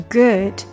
good